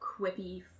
quippy